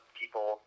people